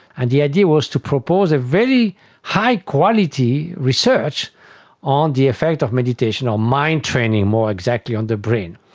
and the idea was to propose a very high quality research on the effect of meditation, on mind training, more exactly, on the brain.